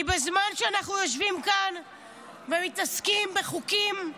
כי בזמן שאנחנו יושבים כאן ומתעסקים בחוקים,